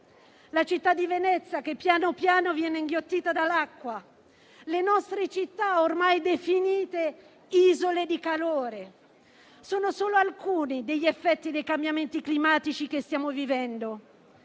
la città di Venezia pian piano viene inghiottita dall'acqua, le nostre città ormai definite isole di calore: sono solo alcuni degli effetti dei cambiamenti climatici che stiamo vivendo.